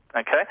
Okay